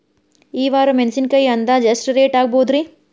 ಈ ವಾರ ಮೆಣಸಿನಕಾಯಿ ಅಂದಾಜ್ ಎಷ್ಟ ರೇಟ್ ಆಗಬಹುದ್ರೇ?